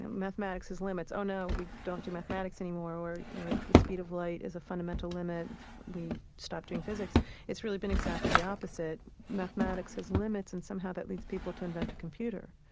and mathematics is limits. oh, no, we don't do mathematics anymore. or or the speed of light is a fundamental limit, we stop doing physics it's really been exactly the opposite. mathematics has limits, and somehow, that leads people to invent a computer.